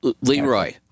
Leroy